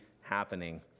happening